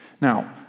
Now